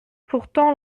pourtant